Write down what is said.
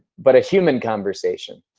but a human conversation.